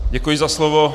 Děkuji za slovo.